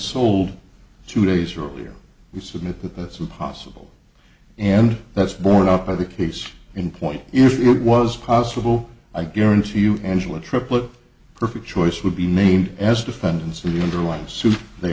sold two days earlier we submit that that's a possible and that's borne out by the case in point if it was possible i guarantee you angela triplet perfect choice would be named as defendants